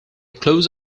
close